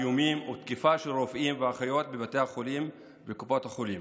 איומים ותקיפה של רופאים ואחיות בבתי החולים ובקופות החולים.